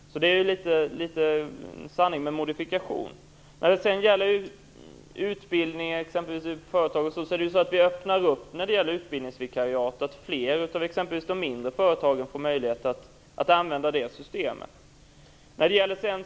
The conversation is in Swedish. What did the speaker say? Det är en sanning med modifikation. När det sedan gäller utbildning i företag öppnar vi för att fler av de mindre företagen får möjlighet att använda systemet med utbildningsvikariat.